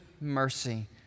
mercy